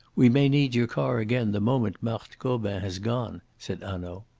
we may need your car again the moment marthe gobin has gone, said hanaud.